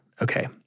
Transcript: okay